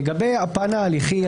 לגבי הפן ההליכי,